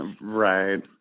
right